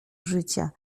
życia